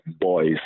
boys